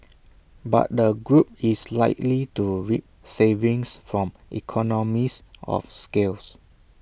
but the group is likely to reap savings from economies of scales